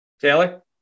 Taylor